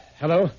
Hello